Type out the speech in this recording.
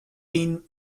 been